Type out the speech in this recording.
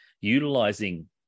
utilizing